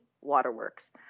waterworks